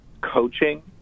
coaching